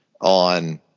on